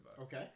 Okay